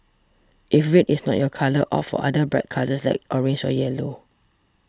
if red is not your colour opt for other bright colours like orange or yellow